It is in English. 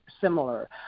similar